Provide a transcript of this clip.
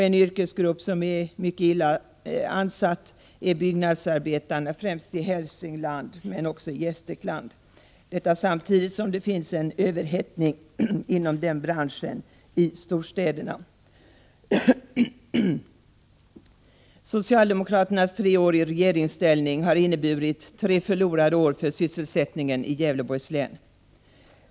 En yrkesgrupp som är mycket illa utsatt är byggnadsarbetarna, främst i Hälsingland men också i Gästrikland — detta samtidigt som det finns en överhettning inom denna bransch i storstäderna. Socialdemokraternas tre år i regeringsställning har inneburit tre förlorade år för sysselsättningen i Gävleborgs län.